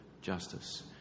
justice